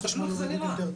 תראו איך זה נראה,